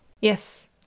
Yes